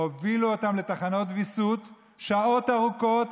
הובילו אותם לתחנות ויסות שעות ארוכות,